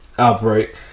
outbreak